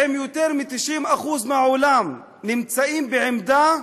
עם יותר מ-90% מהעולם, נמצאים בעמדה,